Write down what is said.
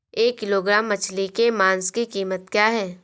एक किलोग्राम मछली के मांस की कीमत क्या है?